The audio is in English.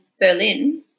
Berlin